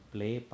Play